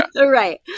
right